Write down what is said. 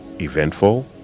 Eventful